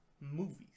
movies